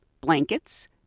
blankets